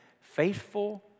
faithful